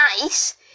nice